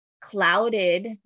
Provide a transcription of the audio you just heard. clouded